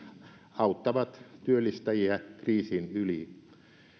auttavat työllistäjiä kriisin yli